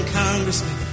congressmen